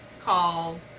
call